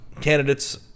candidates